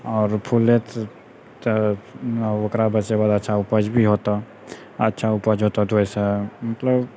आओर फुले तऽ ओकरा बचबैवला अच्छा उपज भी होतऽ अच्छा उपज होतऽ तऽ ओहिसँ मतलब